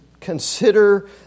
consider